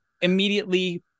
immediately